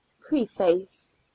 Preface